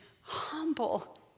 humble